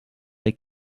they